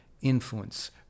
influence